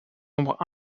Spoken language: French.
nombre